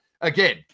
again